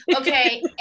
Okay